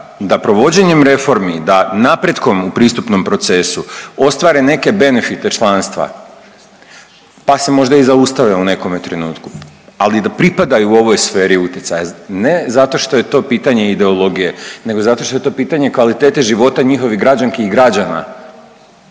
da provođenjem reformi, da napretkom u pristupnom procesu ostvare neke benefite članstva, pa se možda i zaustave u nekome trenutku, ali da pripadaju ovoj sferi utjecaja. Ne zato što je to pitanje ideologije nego zato što je to pitanje kvalitete života njihovih građanki i građana.